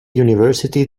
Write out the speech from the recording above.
university